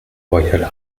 royales